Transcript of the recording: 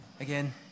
again